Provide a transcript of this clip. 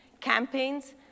campaigns